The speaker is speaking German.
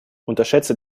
unterschätze